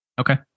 Okay